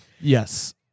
Yes